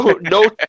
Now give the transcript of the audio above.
No